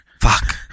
Fuck